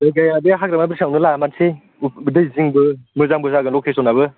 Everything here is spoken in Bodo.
जायगाया बे हाग्रामा ब्रिजावनो लामारनोसै दै जिंबो मोजांबो जागोन लकेस'नआबो